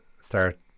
start